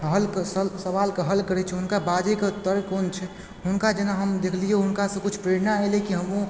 हल सवालके हल करै छै हुनका बाजयके तर्क कोन छै हुनका जेना हम देखलियै हुनकासँ किछु प्रेरणा आइलि की हमहुँ